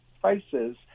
prices